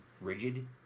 Rigid